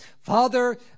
Father